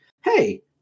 hey